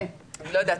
כן,